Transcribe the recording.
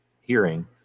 hearing